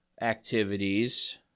activities